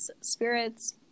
spirits